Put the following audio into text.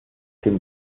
dem